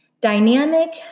Dynamic